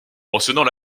mentionnant